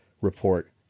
report